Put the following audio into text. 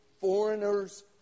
foreigners